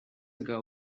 ago